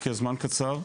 כי הזמן קצר.